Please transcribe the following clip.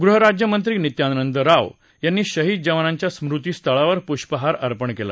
गृह राज्य मंत्री नित्यानंद राव यांनी शाहीद जवानाच्या स्मृती स्थाळावर पुष्पहार अर्पण केला